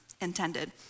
intended